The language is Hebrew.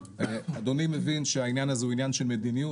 אדוני מבין שהעניין הזה הוא עניין של מדיניות.